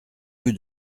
rue